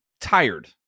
tired